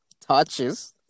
touches